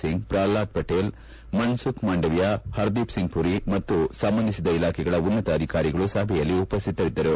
ಸಿಂಗ್ ಪ್ರಹ್ಲಾದ್ ಪಟೇಲ್ ಮನ್ನುಬ್ ಮಾಂಡವಿಯ ಪರ್ದೀಪ್ ಸಿಂಗ್ ಮರಿ ಮತ್ತು ಸಂಬಂಧಿಸಿದ ಇಲಾಖೆಗಳ ಉನ್ನತ ಅಧಿಕಾರಿಗಳು ಸಭೆಯಲ್ಲಿ ಉಪಸ್ವಿತರಿದ್ದರು